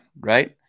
right